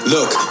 Look